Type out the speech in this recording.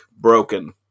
broken